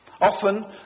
Often